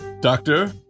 Doctor